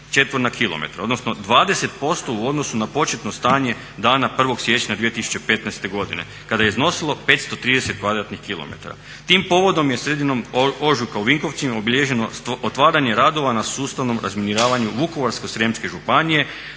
četvorna kilometra, odnosno 20% u odnosu na početno stanje dana 1.siječnja 2015.godine kad je iznosilo 530 kvadratnih kilometara. Tim povodom je sredinom ožujka u Vinkovcima obilježeno otvaranje radova na sastavnom razminiravanju Vukovarsko-srijemske županije